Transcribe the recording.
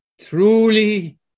Truly